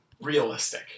realistic